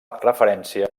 referència